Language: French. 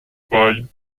paille